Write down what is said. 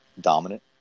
dominant